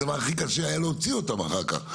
הדבר הכי קשה היה להוציא אותם אחר כך,